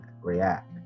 react